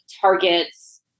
Target's